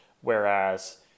Whereas